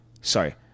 sorry